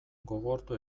gogortu